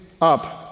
up